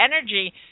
energy